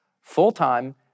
full-time